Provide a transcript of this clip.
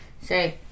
say